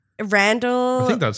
Randall